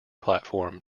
platform